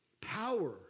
Power